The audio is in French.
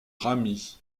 rami